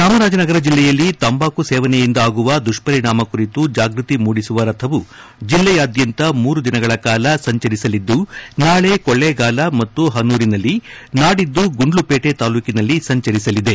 ಚಾಮರಾಜನಗರ ಜಿಲ್ಲೆಯಲ್ಲಿ ತಂಬಾಕು ಸೇವನೆಯಿಂದ ಆಗುವ ದುಪ್ಪರಿಣಾಮ ಕುರಿತು ಜಾಗೃತಿ ಮೂಡಿಸುವ ರಥವು ಜಲ್ಲೆಯಾದ್ಯಂತ ಮೂರು ದಿನಗಳ ಕಾಲ ಸಂಚರಿಸಲಿದ್ದು ನಾಳೆ ಕೊಳ್ಳೆಗಾಲ ಮತ್ತು ಹನೂರಿನಲ್ಲಿ ನಾಡಿದ್ದು ಗುಂಡ್ಲುಪೇಟೆ ತಾಲೂಕಿನಲ್ಲಿ ಸಂಚರಿಸಲಿದೆ